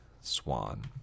Swan